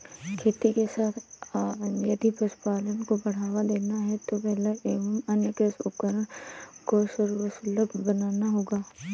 खेती के साथ यदि पशुपालन को बढ़ावा देना है तो बेलर एवं अन्य कृषि उपकरण को सर्वसुलभ बनाना होगा